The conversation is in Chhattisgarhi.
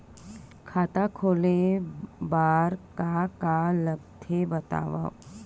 खाता खोले बार का का लगथे बतावव?